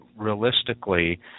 Realistically